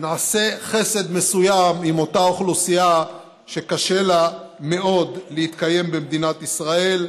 נעשה חסד מסוים עם אותה אוכלוסייה שקשה לה מאוד להתקיים במדינת ישראל.